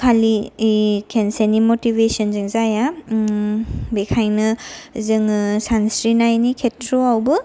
खालि इ खेनसेनि मटिभेसनजों जाया बेखायनो जोङो सानस्रिनायनि खेथ्र'आवबो